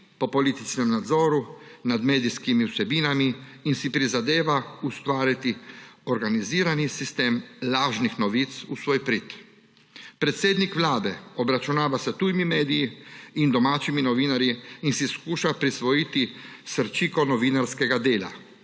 po političnem nadzoru nad medijskimi vsebinami in si prizadeva ustvariti organizirani sistem lažnih novic v svoj prid. Predsednik Vlade obračunava s tujimi mediji in domačimi novinarji in si poskuša prisvojiti srčiko novinarskega dela,